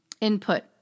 input